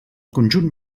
conjunt